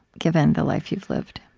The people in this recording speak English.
given the life you've lived?